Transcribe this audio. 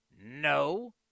No